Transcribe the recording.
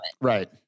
Right